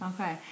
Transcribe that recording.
Okay